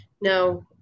No